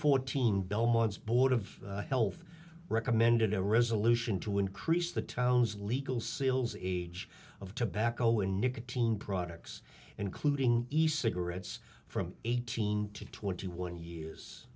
fourteen belmont's board of health recommended a resolution to increase the town's legal sales age of tobacco in nicotine products including east cigarettes from eighteen to twenty one years